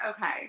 Okay